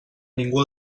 ningú